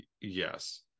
Yes